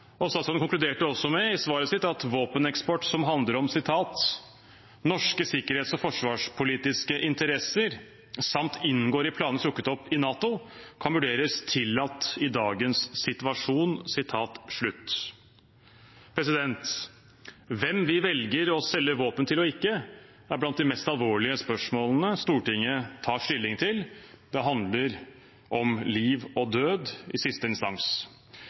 konkluderte også i svaret sitt med at våpeneksport som handler om «norske sikkerhets- og forsvarspolitiske interesser, samt inngår i planene trukket opp i Nato, kan vurderes tillatt i dagens situasjon». Hvem vi velger å selge våpen til og ikke, er blant de mest alvorlige spørsmålene Stortinget tar stilling til. Det handler om liv og død i siste instans.